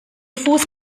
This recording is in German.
fuß